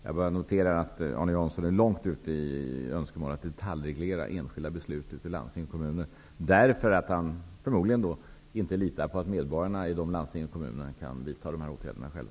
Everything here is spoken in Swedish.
Jag noterar att Arne Jansson är ute efter att detaljreglera enskilda beslut i landsting och kommuner, därför att han förmodligen inte litar på att medborgarna kan vidta åtgärder själva.